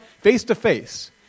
face-to-face